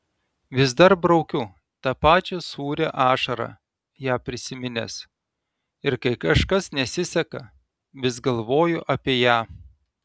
vis dar braukiu tą pačią sūrią ašarą ją prisiminęs ir kai kažkas nesiseka vis galvoju apie ją